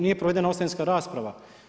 Nije provedena ostavinska rasprava.